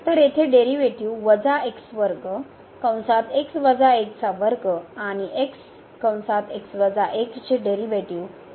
तर येथे डेरीवेटीव आणि चे डेरीवेटीव 2x 1 होईल